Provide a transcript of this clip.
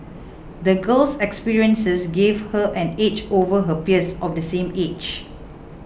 the girl's experiences gave her an edge over her peers of the same age